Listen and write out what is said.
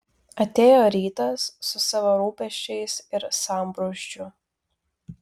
atėjo rytas su savo rūpesčiais ir sambrūzdžiu